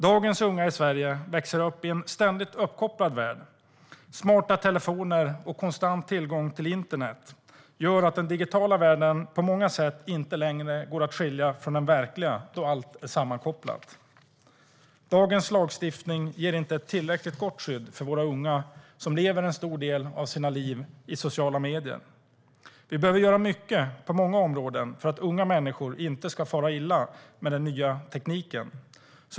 Dagens unga i Sverige växer upp i en ständigt uppkopplad värld. Smarta telefoner och konstant tillgång till internet gör att den digitala världen på många sätt inte längre går att skilja från den verkliga, då allt är sammankopplat. Dagens lagstiftning ger inte ett tillräckligt gott skydd för våra unga, som lever en stor del av sina liv i sociala medier. Vi behöver göra mycket på många områden för att unga människor inte ska fara illa med den nya tekniken.